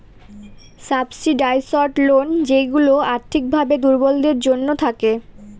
subsidised loan যেইগুলা আর্থিক ভাবে দুর্বলদের জন্য থাকে